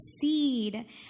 seed